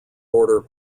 order